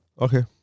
Okay